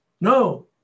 No